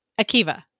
Akiva